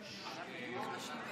אנחנו נראה את הקואליציה